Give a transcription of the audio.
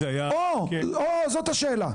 או, זאת השאלה.